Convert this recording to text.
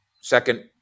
second